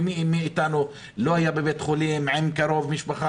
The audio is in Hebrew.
ומי מאתנו לא היה בבית חולים עם קרוב משפחה